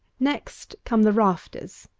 next come the rafters,